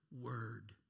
word